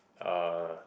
uh